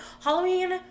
Halloween